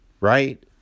Right